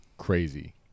crazy